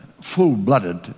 full-blooded